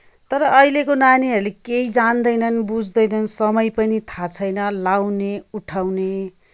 तर अहिलेको नानीहरूले केही जान्दैनन् बुझ्दैनन् समय पनि थाहा छैन लगाउने उठाउने